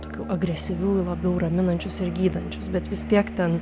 tokių agresyvių labiau raminančius ir gydančius bet vis tiek ten